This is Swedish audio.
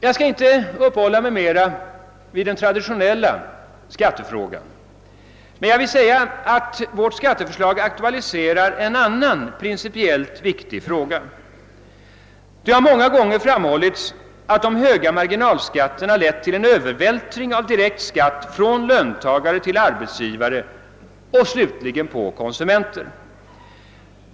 Jag skall inte uppehålla mig längre vid den traditionella skattefrågan. I stället vill jag betona att vårt skatteförslag aktualiserar en annan principiellt viktig fråga. Det har många gånger framhållits att de höga marginalskat terna lett till en övervältring av direkt skatt från löntagare på arbetsgivare och slutligen på konsumenterna.